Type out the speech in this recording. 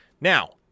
Now